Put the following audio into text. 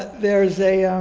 there's a.